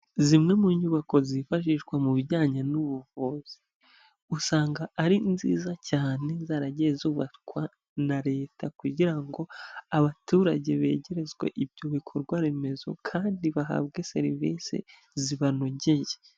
Zimwe mu nyubako zifashishwa mu bijyanye n'ubuvuzi, usanga ari nziza cyane, zaragiye zubakwa na leta kugira ngo abaturage begerezwe ibyo bikorwaremezo kandi bahabwe serivisi zibanogeye.